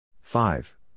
Five